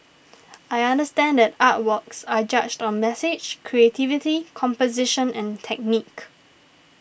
I understand that artworks are judged on message creativity composition and technique